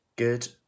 Good